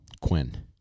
Quinn